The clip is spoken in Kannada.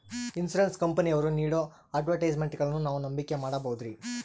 ಇನ್ಸೂರೆನ್ಸ್ ಕಂಪನಿಯವರು ನೇಡೋ ಅಡ್ವರ್ಟೈಸ್ಮೆಂಟ್ಗಳನ್ನು ನಾವು ನಂಬಿಕೆ ಮಾಡಬಹುದ್ರಿ?